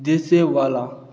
देसेवाला